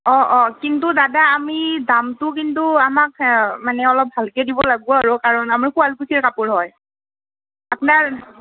অঁ অঁ কিন্তু দাদা আমি দামটো কিন্তু আমাক মানে অলপ ভালকৈ দিব লাগিব আৰু কাৰণ আমি শুৱালকুছিৰ কাপোৰ হয় আপোনাৰ